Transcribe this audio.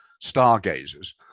stargazers